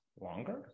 longer